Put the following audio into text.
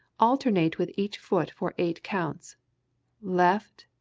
alternate with each foot for eight counts left,